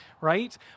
right